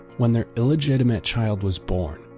when their illegitimate child was born,